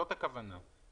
זאת הכוונה.